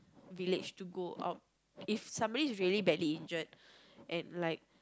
village to go out if somebody is really badly injured and like